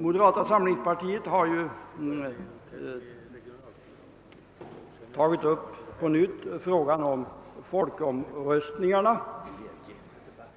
Moderata samlingspartiet har på nytt tagit upp frågan om folkomröstningarna